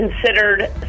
considered